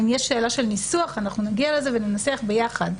אם יש שאלה של ניסוח, אנחנו נגיע לזה וננסח ביחד.